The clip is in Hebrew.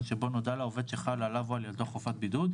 שבו נודע לעובד שחלה עליו או על ילדו חובת בידוד,